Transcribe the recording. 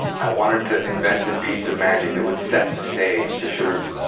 i wanted to invent a piece of magic that would set the stage to sort of